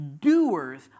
doers